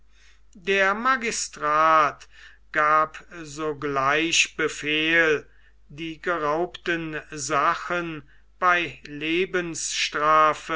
der magistrat gab sogleich befehl die geraubten sachen bei lebensstrafe